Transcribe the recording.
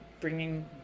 bringing